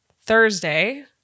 Thursday